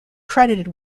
credited